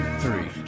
three